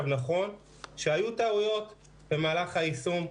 נכון שהיו טעויות במהלך היישום.